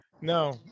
No